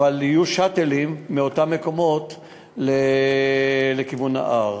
אבל יהיו "שאטלים" מאותם מקומות לכיוון ההר.